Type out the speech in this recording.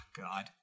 God